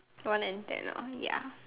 one and ten orh ya